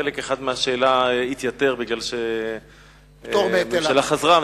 חלק אחד מהשאלה התייתר כי הממשלה חזרה בה,